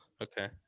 Okay